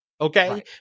Okay